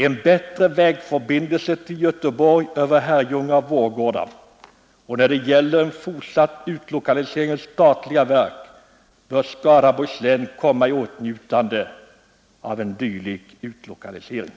En bättre vägförbindelse till Göteborg över Herrljunga och Vårgårda bör byggas. När det gäller en fortsatt utlokalisering av statliga verk bör Skaraborgs län komma i åtnjutande av en dylik utlokalisering.